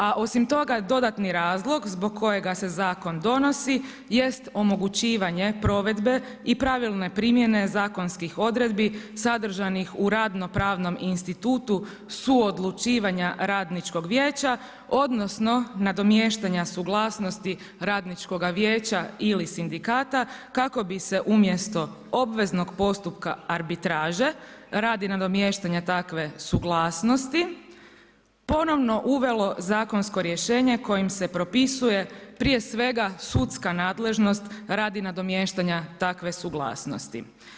A osim toga dodatni razlog zbog kojega se zakon donosi, jest omogućivanje, provedbe i pravilne primjene zakonskih odredbi, sadržanih u radno pravnom institutu, suodlučivanja radničkog vijeća, odnosno, nadomještanja suglasnosti, radničkoga vijeća ili sindikata, kako bi se umjesto obveznog postupaka arbitraže, radi nadomještanje takve suglasnosti, ponovno uvelo zakonsko rješenje, kojim se propisuje prije svega sudska nadležnost, radi nadomještanja takve suglasnosti.